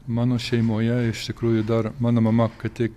mano šeimoje iš tikrųjų dar mano mama ką tik